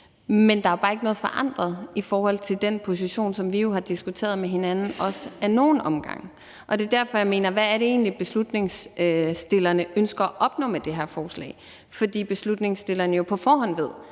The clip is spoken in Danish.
Men der er bare ikke noget forandret i forhold til den position, som vi har diskuteret med hinanden, også ad nogle omgange. Det er derfor, jeg spørger: Hvad er det egentlig, forslagsstillerne ønsker at opnå med det her forslag? For forslagsstillerne ved jo på forhånd,